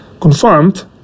confirmed